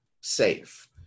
safe